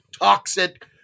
toxic